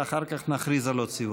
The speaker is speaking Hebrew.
ואחר כך נכריז על עוד סיבוב.